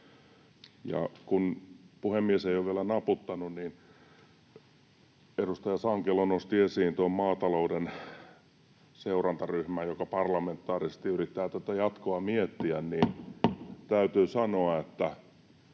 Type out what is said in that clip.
kun puhemies ei ole vielä naputtanut: edustaja Sankelo nosti esiin maatalouden seurantaryhmän, joka parlamentaarisesti yrittää miettiä tätä jatkoa. Täytyy sanoa, että